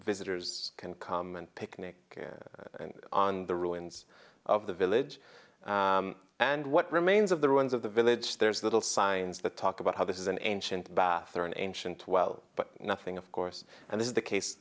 visitors can come and picnic on the ruins of the village and what remains of the ruins of the village there's little signs that talk about how this is an ancient bath or an ancient well but nothing of course and this is the case